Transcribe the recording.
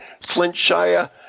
Flintshire